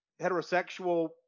heterosexual